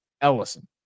Ellison